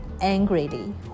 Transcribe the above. Angrily